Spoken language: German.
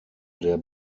der